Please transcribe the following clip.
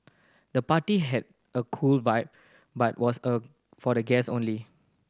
the party had a cool vibe but was a for the guest only